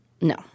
No